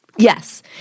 Yes